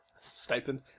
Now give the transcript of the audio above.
Stipend